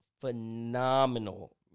phenomenal